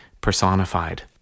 personified